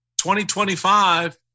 2025